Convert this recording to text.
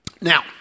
Now